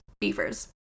beavers